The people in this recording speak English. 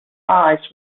eyes